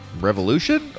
revolution